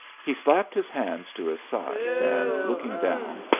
he slapped his hands to his sides, and, looking down,